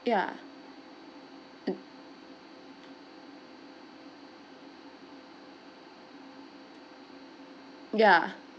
ya mm ya